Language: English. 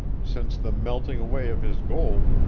since the melting away of his gold,